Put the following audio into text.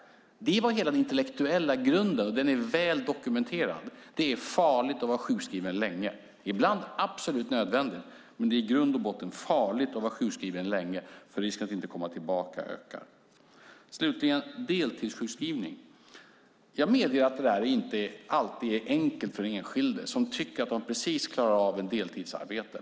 Det var hela den intellektuella grunden, och den är väl dokumenterad: Det är farligt att vara sjukskriven länge. Det är ibland absolut nödvändigt, men det är i grund och botten farligt att vara sjukskriven länge, eftersom risken för att inte komma tillbaka ökar. Slutligen om deltidssjukskrivning: Jag medger att det inte alltid är enkelt för den enskilde, som tycker sig precis klara av ett deltidsarbete.